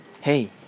hey